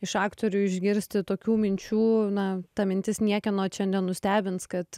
iš aktorių išgirsti tokių minčių na ta mintis niekieno čia nenustebins kad